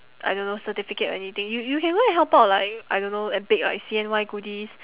I don't know certificate or anything you you can go and help out like I don't know and bake like C_N_Y goodies